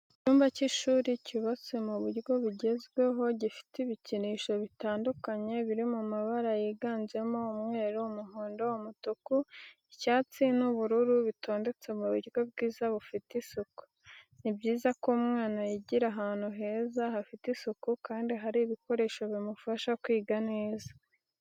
Icyumba cy'ishuri cyubatse mu buryo bugezweho gifite ibikinisho bitandukanye biri mabara yiganjemo umweru, umuhondo, umutuku, icyatsi n'ubururu bitondetse mu buryo bwiza bufite isuku. Ni byiza ko umwana yigira ahantu heza hafite isuku kandi hari ibikoresho bimufasha kwiga neza.